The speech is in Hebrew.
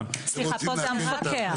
רק שזה לא מה שאמרתי.